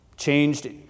Changed